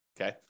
Okay